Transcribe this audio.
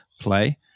play